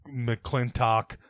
McClintock